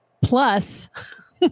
Plus